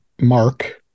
Mark